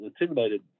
intimidated